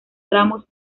ramos